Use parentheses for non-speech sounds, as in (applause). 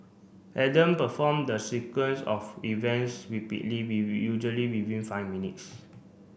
Adam performed the sequence of events rapidly (unintelligible) usually within five minutes